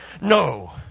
No